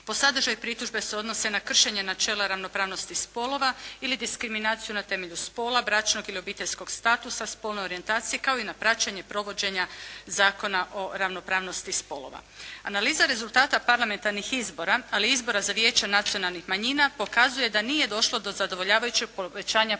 Po sadržaju, pritužbe se odnose na kršenje načela ravnopravnosti spolova ili diskriminaciju na temelju spola, bračnog ili obiteljskog statusa, spolne orijentacije kao i na praćenje provođenja Zakona o ravnopravnosti spolova. Analiza rezultata parlamentarnih izbora, ali i izbora za vijeća nacionalnih manjina pokazuje da nije došlo do zadovoljavajućeg povećanja političke